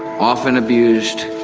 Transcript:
often abused,